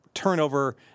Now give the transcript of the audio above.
Turnover